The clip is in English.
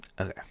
Okay